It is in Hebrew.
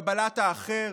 קבלת האחר.